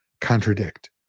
contradict